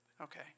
Okay